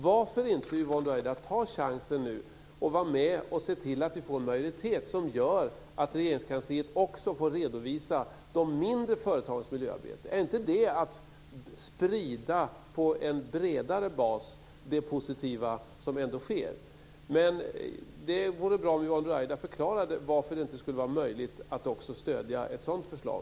Varför inte nu ta chansen, Yvonne Ruwaida, att vara med och se till att få en majoritet som gör att Regeringskansliet också får redovisa de mindre företagens miljöarbete? Är inte det att sprida på en bredare bas det positiva som ändå sker? Det vore bra om Yvonne Ruwaida förklarade varför det inte skulle vara möjligt att också stödja ett sådant förslag.